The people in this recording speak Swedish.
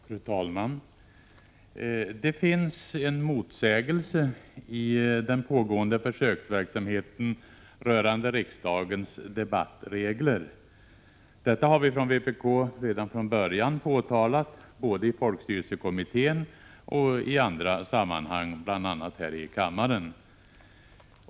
Fru talman! Det finns en motsägelse i den pågående försöksverksamheten rörande riksdagens debattregler. Detta har vi från vpk påtalat redan från början, både i folkstyrelsekommittén och i andra sammanhang, bl.a. här i kammaren.